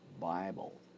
Bible